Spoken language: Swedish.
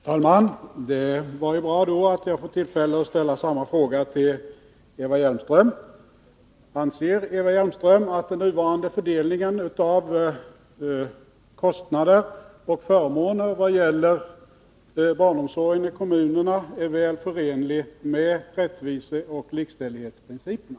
Herr talman! Det var bra att jag får tillfälle att ställa samma fråga till Eva Hjelmström. Anser Eva Hjelmström att den nuvarande fördelningen av kostnader och förmåner i vad gäller barnomsorgen i kommunerna är väl förenlig med rättviseoch likställighetsprinciperna?